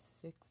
six